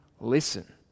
listen